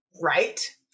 right